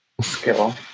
skill